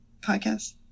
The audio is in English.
podcast